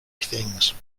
things